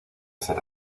ser